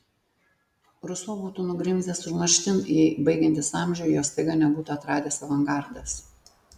ruso būtų nugrimzdęs užmarštin jei baigiantis amžiui jo staiga nebūtų atradęs avangardas